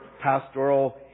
pastoral